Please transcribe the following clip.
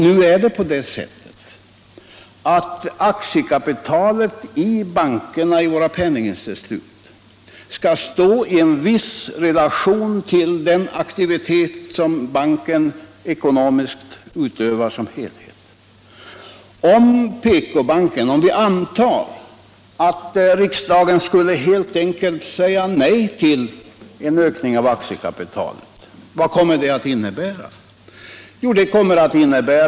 Nu är det på det sättet att aktiekapitalet i bankerna och penninginstituten skall stå i en viss relation till den aktivitet som banken ekonomiskt utövar. Om vi antar att riksdagen helt enkelt skulle säga nej till en ökning av aktiekapitalet för PK-banken vad kommer det då att innebära?